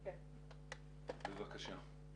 בבקשה.